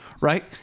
right